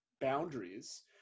boundaries